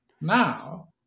now